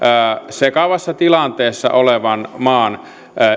sekavassa tilanteessa olevan maan